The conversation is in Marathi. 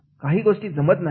काही गोष्टी जमत नाहीत